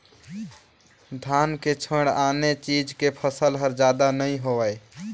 धान के छोयड़ आने चीज के फसल हर जादा नइ होवय